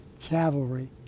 Cavalry